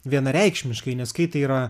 vienareikšmiškai nes kai tai yra